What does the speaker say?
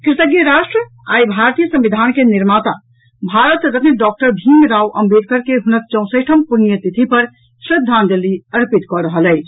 कृतज्ञ राष्ट्र आइ भारतीय संविधान के निर्माता भारत रत्न डॉक्टर भीमराव अम्बेदकर के हुनक चौसैठम पुण्यतिथि पर श्रद्धांजलि अर्पित कऽ रहल अछि